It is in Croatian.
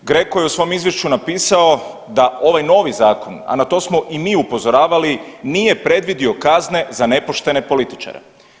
GRECO je u svom izvješću napisao da ovaj novi zakon, a na to smo i mi upozoravali nije predvidio kazne za nepoštene političare.